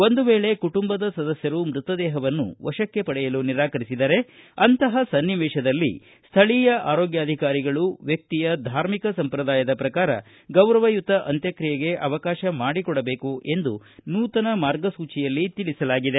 ಒಂದು ವೇಳೆ ಕುಟುಂಬದ ಸದಸ್ಯರು ಮೃತದೇಹವನ್ನು ವಶಕ್ಕೆ ಪಡೆಯಲು ನಿರಾಕರಿಸಿದರೆ ಅಂತಹ ಸನ್ನಿವೇಶದಲ್ಲಿ ಸ್ಥಳೀಯ ಆರೋಗ್ಯಾಧಿಕಾರಿಗಳು ವ್ಯಕ್ತಿಯ ಧಾರ್ಮಿಕ ಸಂಪ್ರಾದಾಯದ ಪ್ರಕಾರ ಗೌರವಯುತ ಅಂತ್ಯಕ್ತಿಯೆಗೆ ಅವಕಾಶ ಮಾಡಿಕೊಡಬೇಕು ಎಂದು ನೂತನ ಮಾರ್ಗಸೂಚಿಯಲ್ಲಿ ತಿಳಿಸಲಾಗಿದೆ